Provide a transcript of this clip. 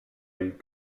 ell